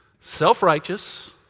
self-righteous